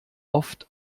oft